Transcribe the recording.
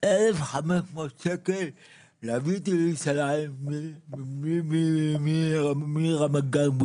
1500 שקל כדי להביא אותי הלוך-חזור מרמת גן,